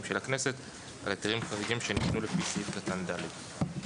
של הכנסת על היתרים חריגים שניתנו לפי סעיף קטן (ד)."